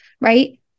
right